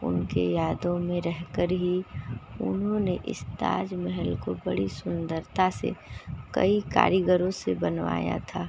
उन के यादों में रहकर ही उन्होंने इस ताजमहल को बड़ी सुन्दरता से कई कारीगरों से बनवाया था